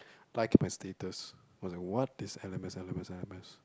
like my status I was like what this L_M_S L_M_S